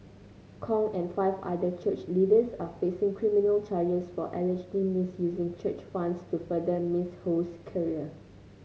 Kong and five other church leaders are facing criminal charges for allegedly misusing church funds to further Miss Ho's career